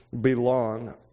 belong